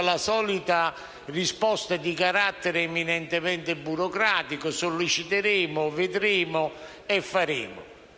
la solita risposta di carattere eminentemente burocratico «solleciteremo, vedremo, faremo».